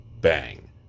bang